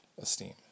esteem